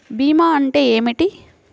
భీమా అంటే ఏమిటి?